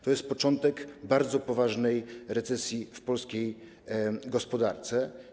To jest początek bardzo poważnej recesji w polskiej gospodarce.